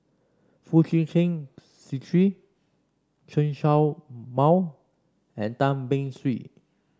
Foo Chee Keng Cedric Chen Show Mao and Tan Beng Swee